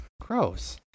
gross